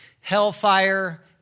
hellfire